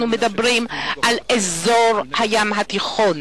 אנחנו מדברים על אזור הים התיכון,